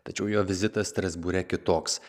tačiau jo vizitas strasbūre kitoks